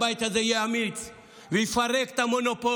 הבית הזה יהיה אמיץ ויפרק את המונופול,